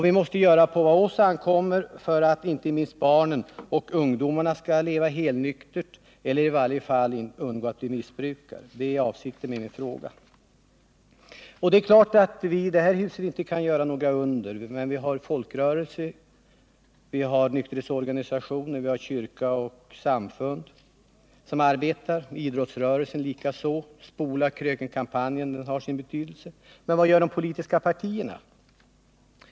Vi måste göra vad på oss ankommer för att inte minst barnen och ungdomarna skall leva helnyktra eller i varje fall undgå att bli missbrukare. Det är avsikten med min fråga. Det är klart att vi i detta hus inte kan göra undersökningar, men vi har folkrörelser, nykterhetsorganisationer, kyrka och samfund och idrottsrörelsen. ”Spola kröken”-kampanjen har sin betydelse. Men vad gör de politiska partierna?